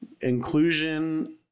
Inclusion